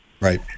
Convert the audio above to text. Right